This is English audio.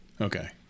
Okay